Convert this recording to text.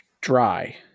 dry